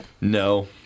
no